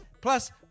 Plus